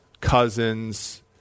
Cousins